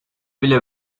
bile